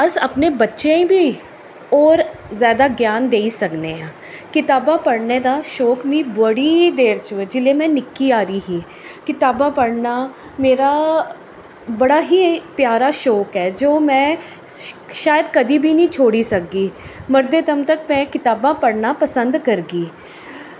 अस अपने बच्चेंआ गी बी होर जैदा ज्ञान देई सकने आं कताबां पढ़ने दा शौंक मिगी बड़े देर चू ऐ जेल्लै मीं निक्की हारी ही कताबां पढ़ना मेरा बड़ा ही प्यारा शौंक ऐ जो में शायद कदें बी नी छोड़ी सकगी मरदे दम तक में कताबां पढ़ना पसंद करगी